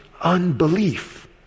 unbelief